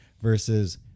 versus